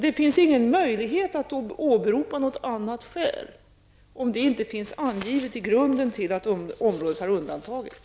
Det finns ingen möjlighet att åberopa något annat skäl om det inte finns angivet i grunden till att området har undantagits.